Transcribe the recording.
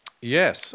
Yes